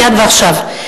מייד ועכשיו.